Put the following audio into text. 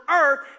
earth